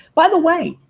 by the way,